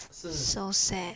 so sad